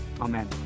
Amen